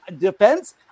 defense